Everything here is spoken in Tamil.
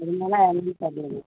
இல்லைன்னா என்ன தெரியல